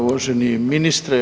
Uvaženi ministre.